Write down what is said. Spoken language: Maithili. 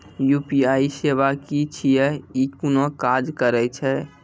यु.पी.आई सेवा की छियै? ई कूना काज करै छै?